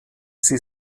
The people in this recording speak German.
sie